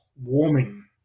warming